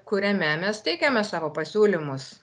kuriame mes teikiame savo pasiūlymus